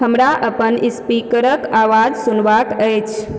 हमरा अपन स्पीकरके आवाज सुनबाके अछि